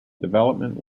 development